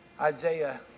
Isaiah